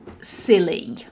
silly